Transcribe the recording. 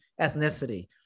ethnicity